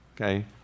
okay